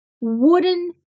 Wooden